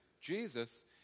Jesus